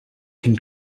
can